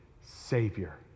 Savior